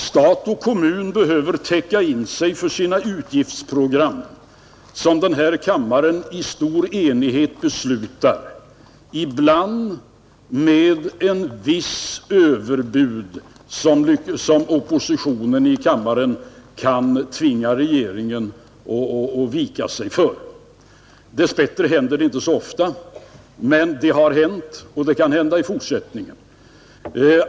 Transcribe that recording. Stat och kommun behöver täcka in sig för sina utgiftsprogram — som denna kammare i stor enighet beslutar, ibland med ett visst överbud som oppositionen i kammaren kan tvinga regeringen att ge vika för. Dess bättre händer det inte ofta, men det har hänt, och det kan hända i fortsättningen.